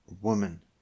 woman